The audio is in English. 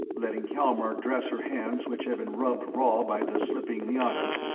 letting hjalmar dress her hands which had been rubbed raw by the slipping lianas,